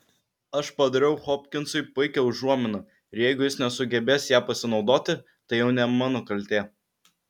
aš padariau hopkinsui puikią užuominą ir jeigu jis nesugebės ja pasinaudoti tai jau ne mano kaltė